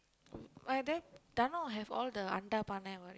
whether Thano will have all the anda பானை:andaa paanai what